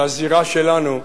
לזירה שלנו,